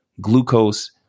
glucose